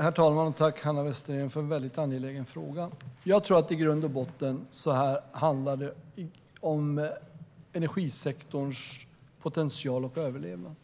Herr talman! Tack, Hanna Westerén, för en angelägen fråga! Jag tror att det i grund och botten handlar om energisektorns potential och överlevnad.